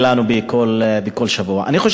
לנו בכל שבוע קורים במפעלים ובמוסדות השונים.